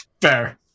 Fair